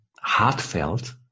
heartfelt